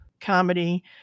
comedy